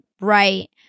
right